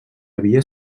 havia